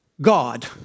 God